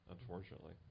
unfortunately